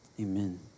amen